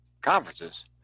conferences